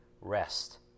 rest